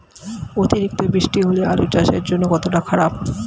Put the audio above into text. অতিরিক্ত বৃষ্টি হলে আলু চাষের জন্য কতটা খারাপ?